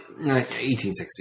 1860